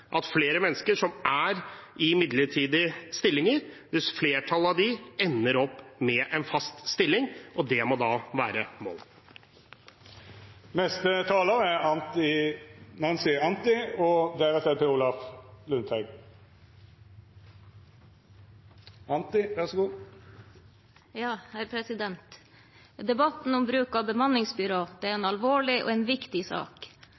av flere virkemidler som bidrar til at flere får jobb. Det viser også erfaringen: Flertallet av mennesker som er i midlertidige stillinger, ender med en fast stilling, og det må være målet. Debatten om bruk av bemanningsbyråer er en alvorlig og viktig sak.